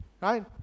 Right